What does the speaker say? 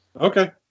Okay